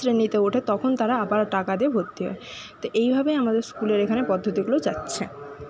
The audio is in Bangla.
শ্রেণিতে ওঠে তখন তারা আবার টাকা দিয়ে ভর্তি হয় তো এইভাবেই আমাদের স্কুলের এখানে পদ্ধতিগুলো যাচ্ছে